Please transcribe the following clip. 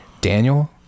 Daniel